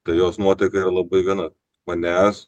tai jos nuotaika yra labai gana manęs